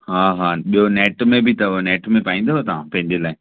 हा हा बि॒यो नेट में बि अथव नेट में पाईंदव तव्हां पंहिंजी लाइ